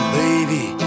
baby